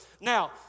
Now